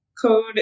Code